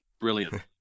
Brilliant